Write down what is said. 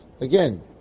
Again